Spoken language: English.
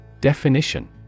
Definition